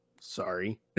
sorry